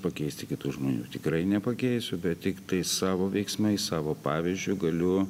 pakeisti kitų žmonių tikrai nepakeisiu bet tiktai savo veiksmais savo pavyzdžiu galiu